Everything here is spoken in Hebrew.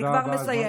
אני כבר מסיימת.